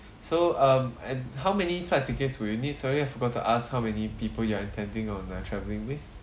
so um and how many flight tickets will you need sorry I forgot to ask how many people you are intending on uh travelling with